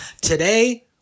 Today